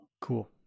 Cool